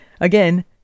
Again